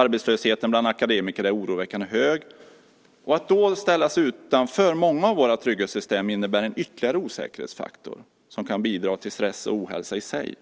Arbetslösheten bland akademiker är oroväckande hög. Att då ställas utanför många av våra trygghetssystem innebär en ytterligare osäkerhetsfaktor, som kan bidra till stress och ohälsa i sig.